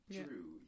true